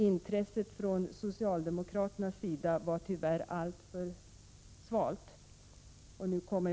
Intresset från socialdemokraterna var tyvärr alltför svalt.